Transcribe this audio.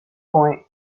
point